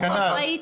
ראיתי,